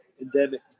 endemic